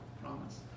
promise